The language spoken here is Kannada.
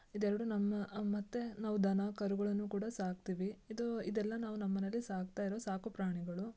ಇದೆರಡೂ ನಮ್ಮ ಮತ್ತು ನಾವು ದನ ಕರುಗಳನ್ನು ಕೂಡ ಸಾಕ್ತೀವಿ ಇದು ಇದೆಲ್ಲ ನಾವು ನಮ್ಮಮನೇಲಿ ಸಾಕ್ತಾ ಇರುವ ಸಾಕುಪ್ರಾಣಿಗಳು